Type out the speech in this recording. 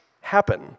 happen